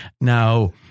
Now